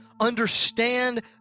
understand